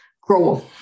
grow